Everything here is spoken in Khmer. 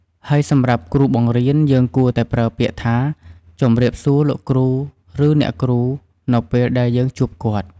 ហើយសម្រាប់គ្រួបង្រៀនយើងគួរតែប្រើពាក្យថា ជម្រាបសួរលោកគ្រូឬអ្នកគ្រូ នៅពេលដែលយើងជួបគាត់។